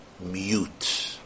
Mute